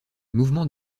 mouvement